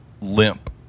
limp